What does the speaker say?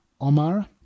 Omar